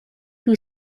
who